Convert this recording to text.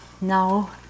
Now